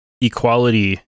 equality